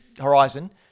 Horizon